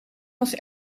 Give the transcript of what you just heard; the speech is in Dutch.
was